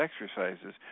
exercises